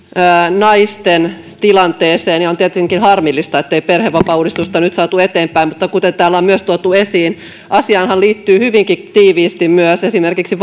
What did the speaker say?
naisten tilanteeseen ja on tietenkin harmillista ettei perhevapaauudistusta nyt saatu eteenpäin mutta kuten täällä on myös tuotu esiin asiaanhan liittyy hyvinkin tiiviisti myös esimerkiksi